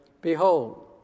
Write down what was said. Behold